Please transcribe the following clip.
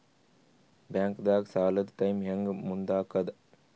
ಬ್ಯಾಂಕ್ದಾಗ ಸಾಲದ ಟೈಮ್ ಹೆಂಗ್ ಮುಂದಾಕದ್?